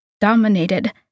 dominated